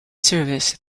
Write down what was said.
service